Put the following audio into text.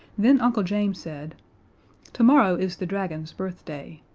then uncle james said tomorrow is the dragon's birthday.